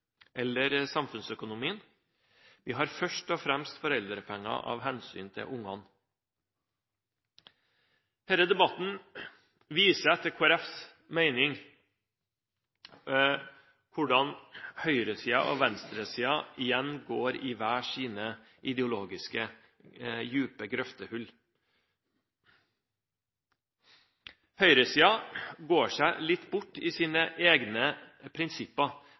eller samfunnsøkonomien. Vi har foreldrepenger først og fremst av hensyn til barna. Denne debatten viser, etter Kristelig Folkepartis mening, hvordan høyresiden og venstresiden igjen går i hver sine ideologiske, dype grøftehull. Høyresiden går seg litt bort i sine egne prinsipper.